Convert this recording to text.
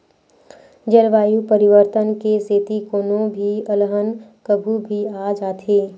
जलवायु परिवर्तन के सेती कोनो भी अलहन कभू भी आ जाथे